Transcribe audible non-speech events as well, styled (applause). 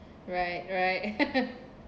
right right (laughs)